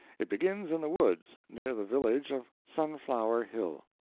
it begins in the woods, near the village of sunflower hill.